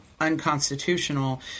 unconstitutional